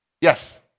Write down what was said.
Yes